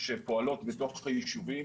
שפועלות בתוך יישובים.